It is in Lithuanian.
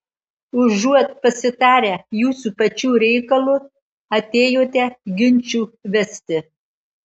užuot pasitarę jūsų pačių reikalu atėjote ginčų vesti